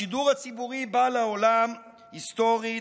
השידור הציבורי בא לעולם, היסטורית,